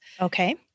Okay